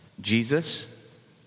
Jesus